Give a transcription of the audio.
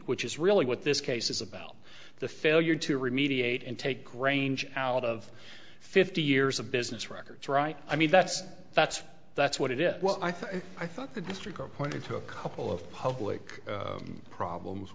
which is really what this case is about the failure to remediate and take grange out of fifty years of business records right i mean that's that's that's what it is well i think i thought the district are pointing to a couple of public problems